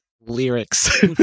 lyrics